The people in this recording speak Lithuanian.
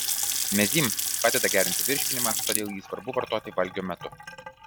mezym padeda gerinti virškinimą todėl jį svarbu vartoti valgio metu